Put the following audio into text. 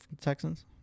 Texans